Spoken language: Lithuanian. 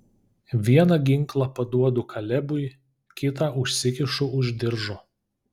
vieną ginklą paduodu kalebui kitą užsikišu už diržo